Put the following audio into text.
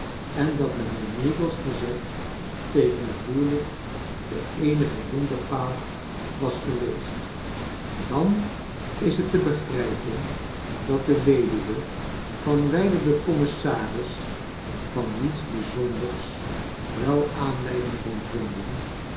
en dat mijnheer meagles verzet tegen het huwelijk de eenige hinderpaal was geweest dan is het te begrijpen dat de weduwe van wijlen den commissaris van niets bijzonders wel aanleiding kon vinden